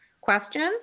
Questions